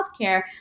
healthcare